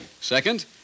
Second